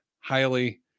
highly